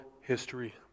history